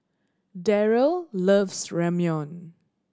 Daryle loves Ramyeon